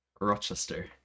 Rochester